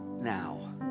now